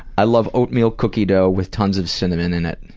i love oatmeal cookie dough with tons of cinnamon in it.